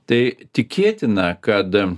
tai tikėtina kad